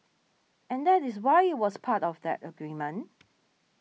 and that is why was part of the agreement